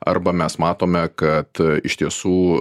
arba mes matome kad iš tiesų